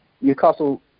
Newcastle